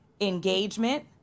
engagement